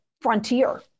frontier